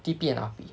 T_P and R_P